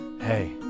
hey